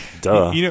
duh